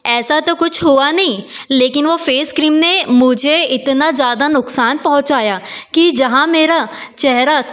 ऐसा तो कुछ हुआ नहीं लेकिन वह फेस क्रीम ने मुझे इतना ज़्यादा नुकसान पहुँचाया कि जहाँ मेरा चेहरा